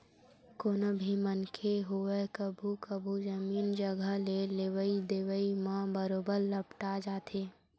कोनो भी मनखे होवय कभू कभू जमीन जघा के लेवई देवई म बरोबर लपटा जाथे